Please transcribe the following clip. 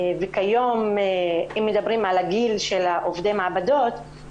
אם מדברים על הגיל של עובדי המעבדות,